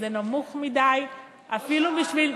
זה נמוך מדי אפילו בשביל,